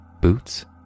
boots